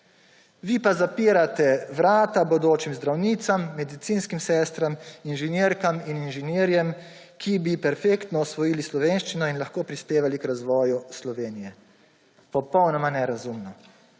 Vi pa zapirate vrata bodočim zdravnicam, medicinskim sestram, inženirkam in inženirjem, ki bi perfektno usvojili slovenščino in lahko prispevali k razvoju Slovenije. Popolnoma nerazumno.